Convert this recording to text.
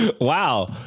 Wow